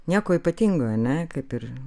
nieko ypatingo ar ne kaip ir